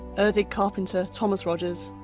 erddig carpenter thomas rogers,